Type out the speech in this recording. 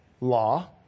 law